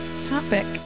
topic